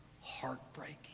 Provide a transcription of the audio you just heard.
heartbreaking